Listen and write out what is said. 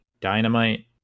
Dynamite